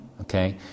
okay